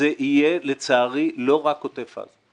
שזה יהיה לצערי לא רק עוטף עזה.